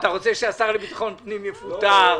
אתה רוצה שהשר לביטחון פנים יפוטר,